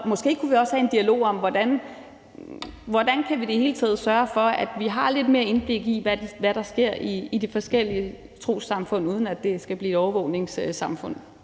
måske kunne vi også have en dialog om, hvordan vi i det hele taget kan sørge for, at vi har lidt mere indblik i, hvad der sker i de forskellige trossamfund, uden at det skal blive et overvågningssamfund.